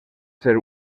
ser